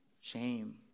shame